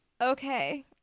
Okay